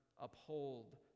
uphold